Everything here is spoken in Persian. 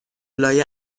لای